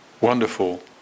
wonderful